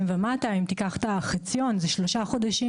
ומטה; אם תיקח את החציון אלה שלושה חודשים.